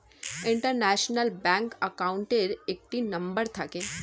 international bank অ্যাকাউন্টের একটি number থাকে